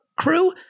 crew